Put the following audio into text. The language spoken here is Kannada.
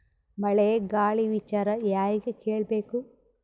ಮಳೆ ಗಾಳಿ ವಿಚಾರ ಯಾರಿಗೆ ಕೇಳ್ ಬೇಕು?